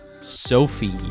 Sophie